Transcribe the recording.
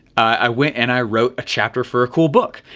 i went and i wrote a chapter for a cool book.